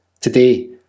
today